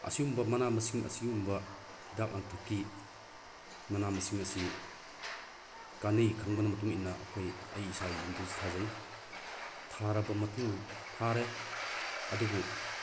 ꯑꯁꯤꯒꯨꯝꯕ ꯃꯅꯥ ꯃꯁꯤꯡ ꯑꯁꯤꯒꯨꯝꯕ ꯍꯤꯗꯥꯛ ꯂꯥꯡꯊꯛꯀꯤ ꯃꯅꯥ ꯃꯁꯤꯡ ꯑꯁꯤ ꯀꯥꯟꯅꯩ ꯈꯪꯕꯅ ꯃꯇꯨꯡ ꯏꯟꯅ ꯑꯩꯈꯣꯏ ꯑꯩ ꯏꯁꯥꯒꯤ ꯌꯨꯝꯗꯁꯨ ꯊꯥꯖꯩ ꯊꯥꯔꯕ ꯃꯇꯨꯡ ꯊꯥꯔꯦ ꯑꯗꯨꯕꯨ